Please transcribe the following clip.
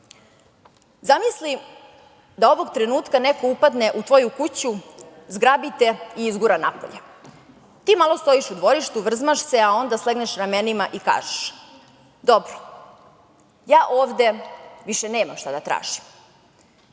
„Zamisli da ovog trenutka neko upadne u tvoju kuću, zgrabi te i izgura napolje. Ti malo stojiš u dvorištu, vrzmaš se, a onda slegneš ramenima i kažeš – dobro, ja ovde više nemam šta da tražim.